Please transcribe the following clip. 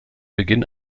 beginn